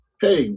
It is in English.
Hey